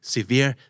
Severe